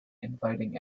inviting